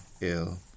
ill